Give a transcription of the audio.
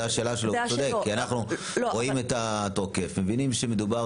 אתה צודק שכשרואים את התוקף מבינים שמדובר